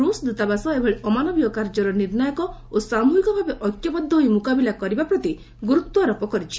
ରୁଷ୍ ଦୂତାବାସ ଏଭଳି ଅମାନବୀୟ କାର୍ଯ୍ୟର ନିର୍ଣ୍ଣାୟକ ଓ ସାମ୍ରହିକ ଭାବେ ଐକ୍ୟବଦ୍ଧ ହୋଇ ମୁକାବିଲା କରିବା ପ୍ରତି ଗୁରୁତ୍ୱ ଆରୋପ କରିଛି